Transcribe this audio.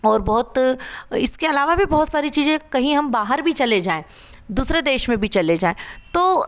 और बहुत इसके अलावा भी बहुत सारी चीज़ें कहीं हम बाहर भी चले जाएं दूसरे देश में भी चले जाएं तो